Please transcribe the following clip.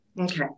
Okay